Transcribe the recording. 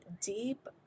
deep